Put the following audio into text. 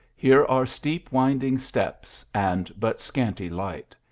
here are steep winding steps and but scanty light.